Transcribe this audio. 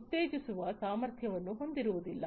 ಉತ್ತೇಜಿಸುವ ಸಾಮರ್ಥ್ಯವನ್ನು ಹೊಂದಿರುವುದಿಲ್ಲ